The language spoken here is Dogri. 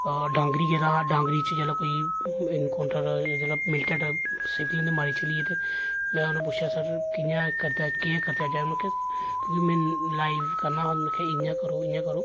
डांगरी गेदा हा डांगरी च जिसलै कोई इनकाउंटर एह् जेह्ड़ा मिलीटेंट सिविलयन गी मारी चली गे ते में उ'नें पुच्छेआ सर कि'यां करदे केह् करदे में आखेआ तुगी में लाइव करनां कि इ'यां करो इ'यां करो